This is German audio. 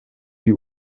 die